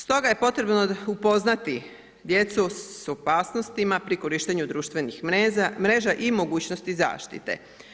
Stoga je potrebno upoznati djecu s opasnostima pri korištenju društvenih mreža i mogućnosti zaštite.